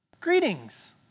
Greetings